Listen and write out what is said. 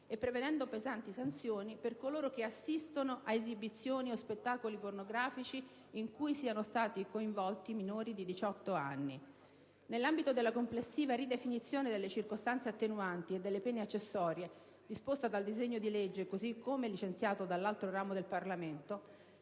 e prevedendo pesanti sanzioni per coloro che assistono ad esibizioni o spettacoli pornografici in cui siano stati coinvolti minori di diciotto anni. Nell'ambito della complessiva ridefinizione delle circostanze attenuanti e delle pene accessorie disposta dal disegno di legge così come licenziato dall'altro ramo del Parlamento,